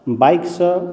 bike सॅं